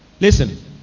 listen